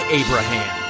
abraham